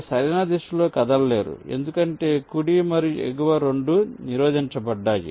మీరు సరైన దిశలో కదలలేరు ఎందుకంటే కుడి మరియు ఎగువ రెండూ నిరోధించబడ్డాయి